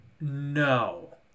No